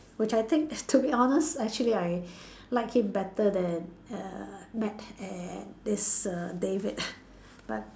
which I think to be honest actually I like it better than err Matt and this err David ah but